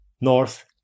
north